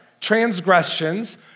transgressions